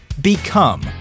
Become